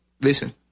listen